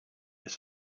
his